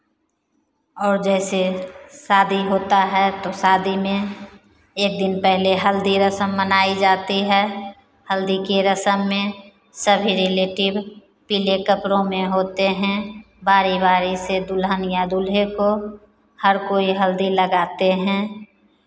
और जैसे शादी होता है तो शादी में एक दिन पहले हल्दी रस्म मनाई जाती है हल्दी की रस्म में सभी रिलेटिव पीले कपड़ों में होते हैं बारी बारी से दुल्हन या दूल्हे को हर कोई हल्दी लगाते हैं